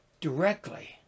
directly